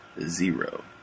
zero